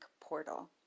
Portal